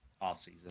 Off-season